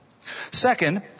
Second